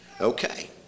okay